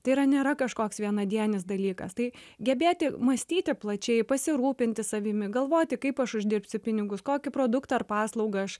tai yra nėra kažkoks vienadienis dalykas tai gebėti mąstyti plačiai pasirūpinti savimi galvoti kaip aš uždirbsiu pinigus kokį produktą ar paslaugą aš